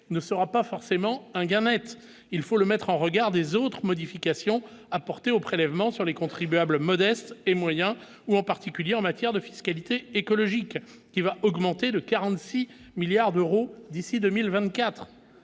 ne sera pas forcément un gain Net, il faut le mettre en regard des autres modifications apportées au prélèvements sur les contribuables modestes et moyens ou en particulier en matière de fiscalité écologique qui va augmenter le 46 milliards d'euros d'ici 2024